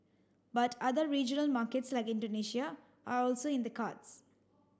but other regional markets like Indonesia are also in the cards